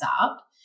up